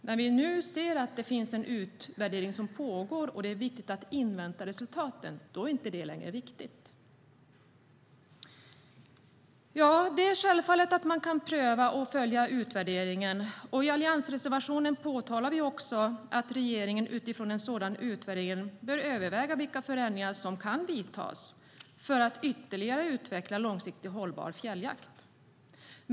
När vi nu ser att det finns en pågående utvärdering och det är viktigt att invänta resultaten är den inte längre viktig. Självklart kan man pröva och följa upp utvärderingen. I alliansreservationen påtalar vi också att regeringen utifrån en sådan utvärdering bör överväga vilka förändringar som kan vidtas för att ytterligare utveckla långsiktigt hållbar fjälljakt.